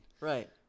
right